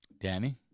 Danny